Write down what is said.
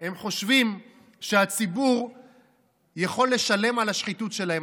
הם חושבים שהציבור יכול לשלם על השחיתות שלהם.